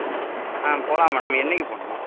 ஆ போகலாம் மேடம் என்னைக்கு போகணும்